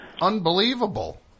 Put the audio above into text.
Unbelievable